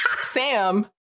Sam